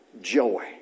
Joy